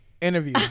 interview